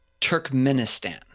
Turkmenistan